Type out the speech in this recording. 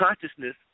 consciousness